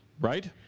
Right